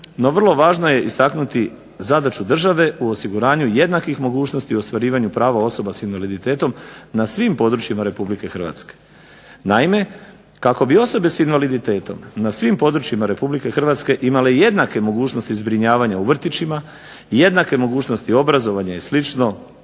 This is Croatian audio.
no vrlo važno je istaknuti zadaću države u osiguranju jednakih mogućnosti u ostvarivanju prava osoba s invaliditetom na svim područjima Republike Hrvatske. Naime, kako bi osobe s invaliditetom na svim područjima Republike Hrvatske imale jednake mogućnosti zbrinjavanja u vrtićima i jednake mogućnosti obrazovanja i